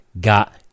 got